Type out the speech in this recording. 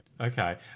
Okay